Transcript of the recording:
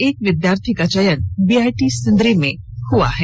एक विद्यार्थी का चयन बीआईटी सिंदरी में हुआ है